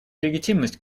легитимность